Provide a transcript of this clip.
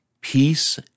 peace